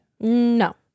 No